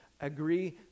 agree